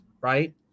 right